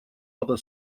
other